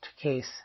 case